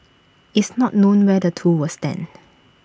it's not known where the two will stand